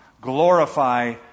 Glorify